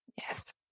Yes